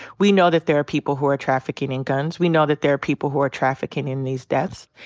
we know that there are people who are trafficking in guns. we know that there are people who are trafficking in these deaths.